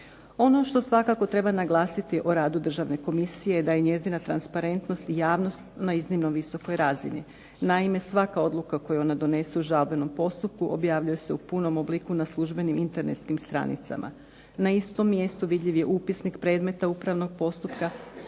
Ono što svakako treba naglasiti o radu Državne komisije da je njezina transparentnost i javnost na iznimno visokoj razini. Naime, svaka odluka koju ona donese u žalbenom postupku objavljuje se u punom obliku na službenim internetskim stranicama. Na istom mjestu vidljiv je upisnik predmeta upravnog postupka